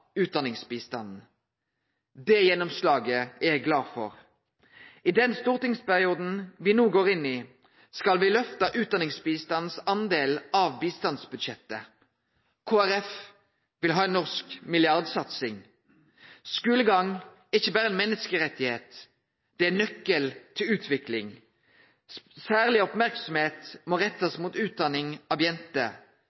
utdanningsbistanden. Det gjennomslaget er eg glad for. I den stortingsperioden me no går inn i, skal me løfte utdanningsbistandens del av bistandsbudsjettet. Kristeleg Folkeparti vil ha ei norsk milliardsatsing. Skulegang er ikkje berre ein menneskerett; det er nøkkelen til utvikling. Særleg merksemd må